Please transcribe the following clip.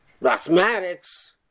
mathematics